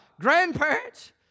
grandparents